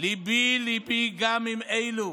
ליבי-ליבי גם עם אלה